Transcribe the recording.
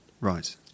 Right